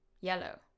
yellow